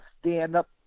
stand-up